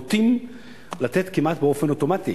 נוטים לתת כמעט באופן אוטומטי